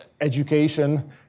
education